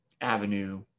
avenue